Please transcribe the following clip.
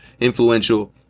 influential